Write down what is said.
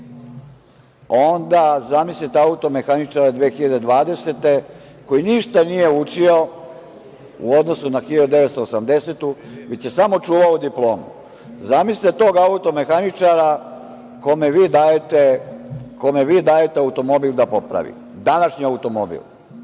onda zamislite automehaničara 2020. godine, koji ništa nije učio u odnosu na 1980. godinu, već je samo čuvao diplomu. Zamislite tog automehaničara kome vi dajete automobil da popravi, današnji automobil.